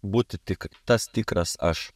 būti tik tas tikras aš